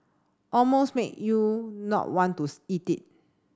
almost make you not want to eat it